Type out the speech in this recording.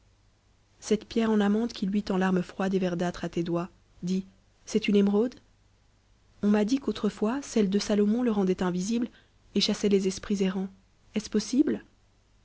cette pierre en amande qm luit en larme froide et verdâtre à tes doigts dis c'est une émeraude on m'a dit qu'autrefois celle de salomon le rendait invisible et chmmit les esprits errants est-ce possible